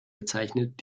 bezeichnet